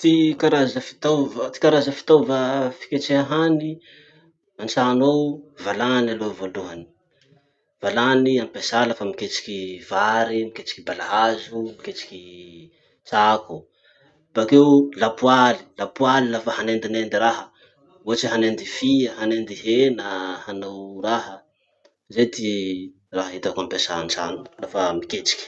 Ty karaza fitaova ty karaza fitaova fiketreha hany antrano ao: valany aloha voalohany. Valany ampiasà lafa miketriky vary, miketriky balahazo, miketriky tsako. Bakeo lapoaly, lapoaly lafa hanendinendy raha. Ohatsy hoe hanendy fia, hanendy hena, hanao raha. Zay ty raha hitako ampiasà antrano ao lafa miketriky.